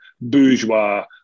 bourgeois